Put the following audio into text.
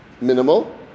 minimal